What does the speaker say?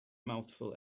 mouthful